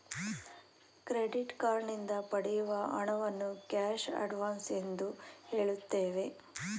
credit card ನಿಂದ ಪಡೆಯುವ ಹಣವನ್ನು ಕ್ಯಾಶ್ ಅಡ್ವನ್ಸ್ ಎಂದು ಹೇಳುತ್ತೇವೆ